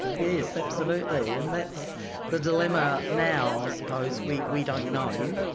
yeah yes, absolutely. and that's the dilemma now i suppose. we we don't know.